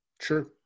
Sure